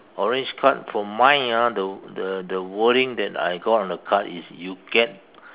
orange card for mine ah the the the wording that I got on the card is you get